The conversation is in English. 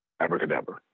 Abracadabra